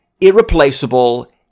irreplaceable